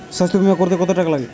স্বাস্থ্যবীমা করতে কত টাকা লাগে?